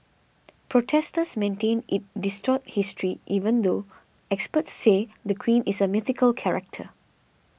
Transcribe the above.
protesters maintain it distorts history even though experts say the queen is a mythical character